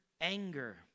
anger